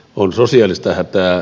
on sosiaalista hätää